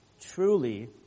truly